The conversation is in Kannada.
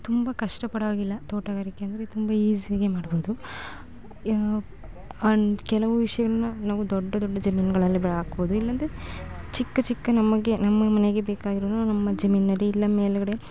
ತುಂಬ ಕಷ್ಟ ಪಡ್ವಾಗಿಲ್ಲ ತೋಟಗಾರಿಕೆ ಅಂದರೆ ತುಂಬ ಈಝಿಯಾಗೆ ಮಾಡ್ಬೋದು ಯಾ ಆನ್ ಕೆಲವು ವಿಷಯಗಳನ್ನ ನಾವು ದೊಡ್ಡ ದೊಡ್ಡ ಜಮೀನುಗಳಲ್ಲೆ ಬ ಹಾಕ್ಬೋದು ಇಲ್ಲ ಅಂದ್ರೆ ಚಿಕ್ಕ ಚಿಕ್ಕ ನಮಗೆ ನಮ್ಮ ಮನೆಗೆ ಬೇಕಾಗಿರುವ ನಮ್ಮ ಜಮೀನಲ್ಲಿ ಇಲ್ಲ ಮೇಲುಗಡೆ